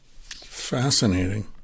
Fascinating